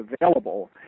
available